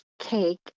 cake